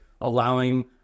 allowing